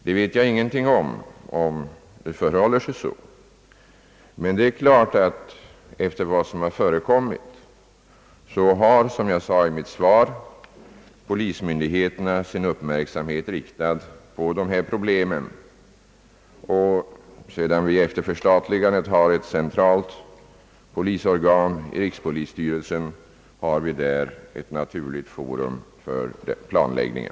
Jag vet ingenting om huruvida det förhåller sig så, men det är efter vad som förekommit klart att polismyndigheterna — som jag sade i mitt svar — har sin uppmärksamhet riktad på detta problem. Sedan vi efter förstatligandet har fått ett centralt polisorgan, rikspolisstyrelsen, har vi där ett naturligt forum för planläggningen.